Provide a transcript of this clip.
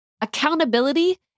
Accountability